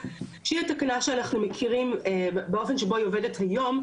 שהיא התקנה שאנחנו מכירים באופן שבו היא עובדת היום,